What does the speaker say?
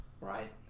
Right